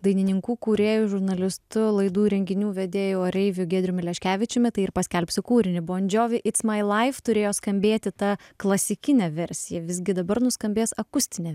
dainininku kūrėju žurnalistu laidų renginių vedėju oreiviu giedriumi leškevičiumi tai ir paskelbsiu kūrinį bon džiovi its mai laif turėjo skambėti ta klasikinė versija visgi dabar nuskambės akustinė